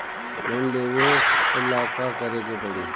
Loan लेवे ला का करे के पड़ी?